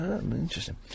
Interesting